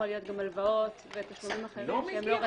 יכול להיות גם הלוואות ותשלומים אחרים שהם לא רלוונטיים,